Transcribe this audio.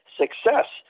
success